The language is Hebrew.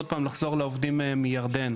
עוד פעם לחזור לעובדים מירדן.